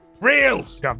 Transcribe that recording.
Reels